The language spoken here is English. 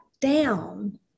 down